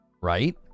Right